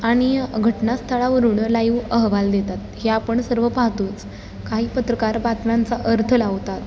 आणि घटनास्थळावरून लाईव अहवाल देतात हे आपण सर्व पाहतोच काही पत्रकार बातम्यांचा अर्थ लावतात